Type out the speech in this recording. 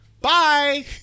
Bye